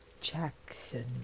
Jackson